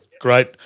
Great